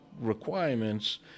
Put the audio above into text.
requirements